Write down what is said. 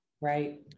Right